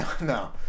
No